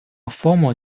former